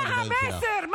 מה המסר?